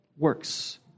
works